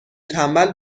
تنبل